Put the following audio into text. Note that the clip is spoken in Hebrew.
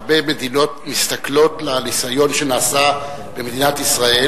הרבה מדינות מסתכלות על הניסיון שנעשה במדינת ישראל,